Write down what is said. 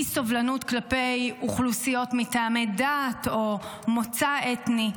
אי-סובלנות כלפי אוכלוסיות מטעמי דת או מוצא אתני.